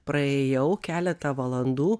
praėjau keletą valandų